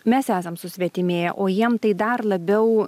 mes esam susvetimėję o jiems tai dar labiau